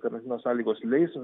karantino sąlygos leis